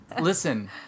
Listen